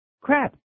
Crap